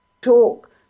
talk